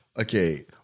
Okay